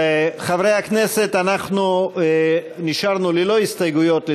חברי הכנסת, בעד ההסתייגות,